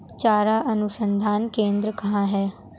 चारा अनुसंधान केंद्र कहाँ है?